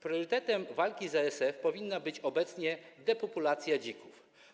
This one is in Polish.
Priorytetem walki z ASF powinna być obecnie depopulacja dzików.